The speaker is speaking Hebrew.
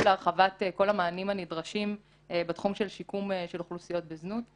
להרחבת כל המענים הנדרשים בתחום של שיקום אוכלוסיות בזנות.